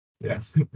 Yes